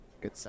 Good